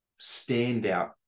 standout